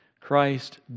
Christ